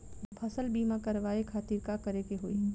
फसल बीमा करवाए खातिर का करे के होई?